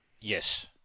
Yes